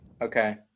Okay